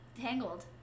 tangled